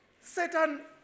Satan